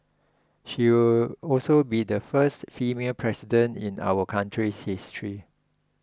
she will also be the first female president in our country's history